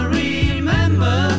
remember